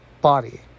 body